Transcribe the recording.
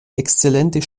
exzellente